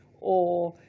or